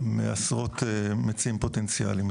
מעשרות מציעים פוטנציאליים.